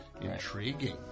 Intriguing